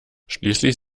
schließlich